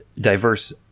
diverse